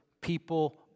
people